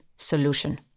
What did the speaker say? Solution